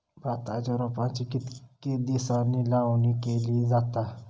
भाताच्या रोपांची कितके दिसांनी लावणी केली जाता?